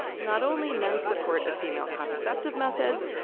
not only men's support of female contraceptive methods,